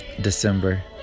December